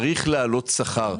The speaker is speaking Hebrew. צריך להעלות את השכר,